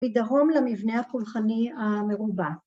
מדרום למבנה הפולחני המרובע